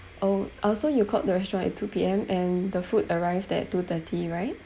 oh uh so you called the restaurant at two P_M and the food arrived at two-thirty right